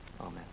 Amen